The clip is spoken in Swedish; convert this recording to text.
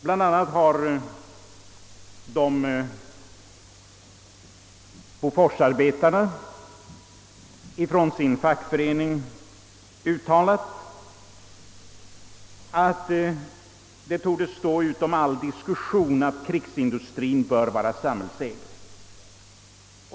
Bl.a. har boforsarbetarna genom sin fackförening uttalat, att det torde stå utanför all diskussion att krigsmaterielindustrien skall vara samhällsägd.